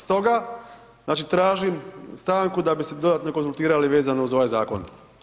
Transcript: Stoga znači tražim stanku da bi se dodatno konzultirali vezano uz ovaj zakon.